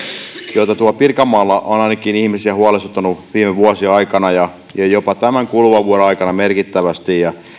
joka tuolla pirkanmaalla on ainakin ihmisiä huolestuttanut viime vuosien aikana ja jopa tämän kuluvan vuoden aikana merkittävästi